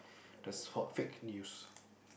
that's for fake news